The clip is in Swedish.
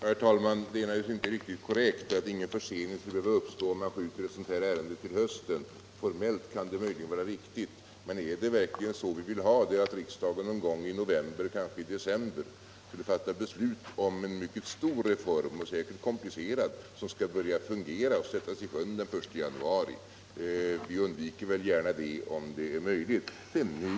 Herr talman! Det är naturligtvis inte riktigt korrekt att ingen försening skulle behöva uppstå om man skjuter ett sådant här ärende till hösten. Formellt kan det möjligen vara riktigt, men är det verkligen så vi vill ha det att riksdagen någon gång i november, kanske december, skulle fatta beslut om en mycket stor och säkert komplicerad reform, som skulle börja fungera och sättas i sjön den 1 januari? Vi undviker väl gärna det om det är möjligt.